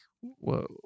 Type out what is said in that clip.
whoa